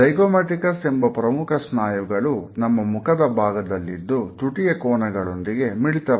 zygomaticus ಎಂಬ ಪ್ರಮುಖ ಸ್ನಾಯುಗಳು ನಮ್ಮ ಮುಖದ ಭಾಗದಲ್ಲಿದ್ದು ತುಟಿಯ ಕೋನಗಳೊಂದಿಗೆ ಮಿಳಿತವಾಗಿದೆ